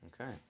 Okay